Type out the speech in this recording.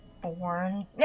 born